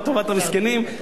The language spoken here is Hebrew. לטובת המסכנים.